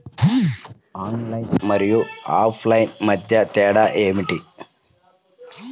Online మరియు offline మధ్య తేడా ఏమిటీ?